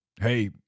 hey